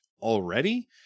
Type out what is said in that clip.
already